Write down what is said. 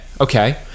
Okay